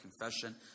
confession